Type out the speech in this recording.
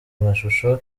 mashusho